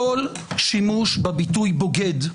כל שימוש בביטוי בוגד,